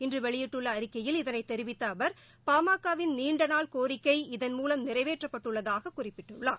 இன்றுவெளியிட்டுள்ளஅறிக்கையில் இதனைதெரிவித்தஅவர் பாமக வின் நீண்டநாள் கோரிக்கை இதன்ற மூலம் நிறைவேற்றப்பட்டுள்ளதாககுறிப்பிட்டுள்ளார்